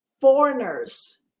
foreigners